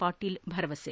ಪಾಟೀಲ್ ಭರವಸೆ